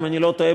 אם אני לא טועה,